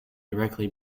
directly